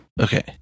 Okay